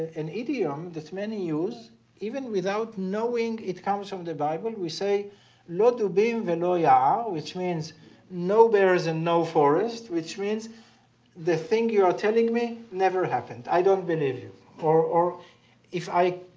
an idiom that many use even without knowing it comes from the bible we say lo dubiim v'lo ya'r which means no bears and no forest, which means the thing you are telling me never happened i don't believe you. or or if i